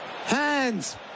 Hands